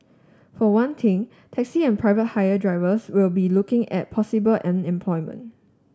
for one thing taxi and private hire drivers will be looking at possible unemployment